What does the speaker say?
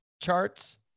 charts